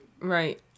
Right